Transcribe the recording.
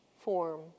form